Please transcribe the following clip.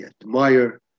admire